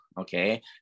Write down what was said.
okay